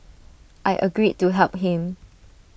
I agreed to help him